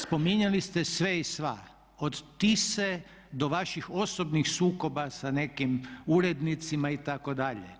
Spominjali ste sve i sva, od Tise, do vaših osobnih sukoba sa nekim urednicima itd.